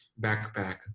backpack